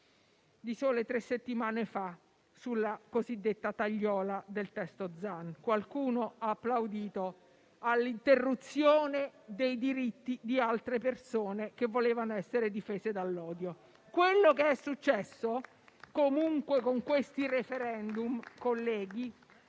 di sole tre settimane fa sulla cosiddetta tagliola al testo Zan. Qualcuno ha applaudito all'interruzione dei diritti di altre persone che volevano essere difese dall'odio. *(Commenti. Applausi)*. Quello che è successo comunque con questi *referendum*, colleghi,